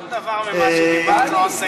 שום דבר ממה שדיברת לא עוסק,